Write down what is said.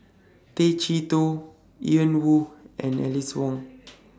Tay Chee Toh Ian Woo and Alice Ong